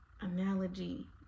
analogy